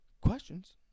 questions